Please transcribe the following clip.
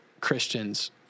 Christians